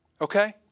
okay